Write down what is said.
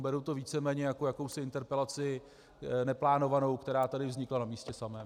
Beru to víceméně jako jakousi interpelaci neplánovanou, která tady vznikla na místě samém.